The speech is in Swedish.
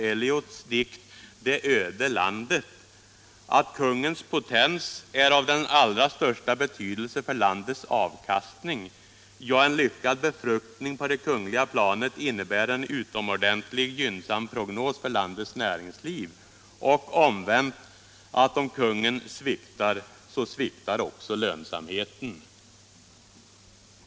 Eliots dikt Det öde landet, nämligen att kungens potens är av den allra största betydelse för landets avkastning, ja, en lyckad befruktning på det kungliga planet innebär en utomordentligt gynnsam prognos för landets näringsliv, och omvänt att om kungen sviktar så sviktar också lönsamheten.